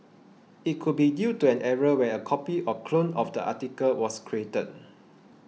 it could be due to an error where a copy or clone of the article was created